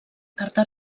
carta